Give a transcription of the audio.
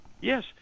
Yes